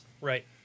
Right